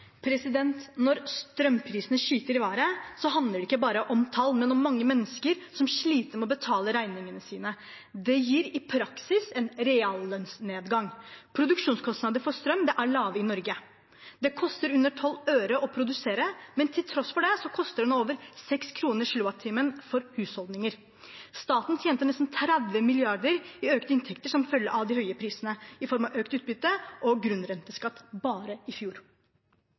Når strømprisene skyter i været, handler det ikke bare om tall, men om mange mennesker som sliter med å betale regningene sine. Det gir i praksis en reallønnsnedgang. Produksjonskostnadene for strøm er lave i Norge. Det koster under 12 øre å produsere, men til tross for det koster det nå over 6 kr/kWh for husholdninger. Staten tjente nesten 30 mrd. kr i økte inntekter som følge av de høye prisene i form av økt utbytte og grunnrenteskatt bare i fjor.